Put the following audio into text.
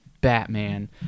Batman